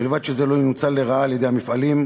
ובלבד שזה לא ינוצל לרעה על-ידי המפעלים,